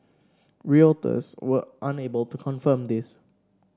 Reuters was unable to confirm this